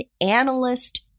analyst